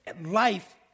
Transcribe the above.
life